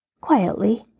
Quietly